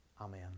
Amen